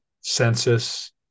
census